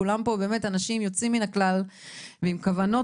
כולם פה באמת אנשים יוצאים מן הכלל ועם כוונות